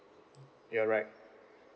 you are right